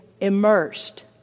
immersed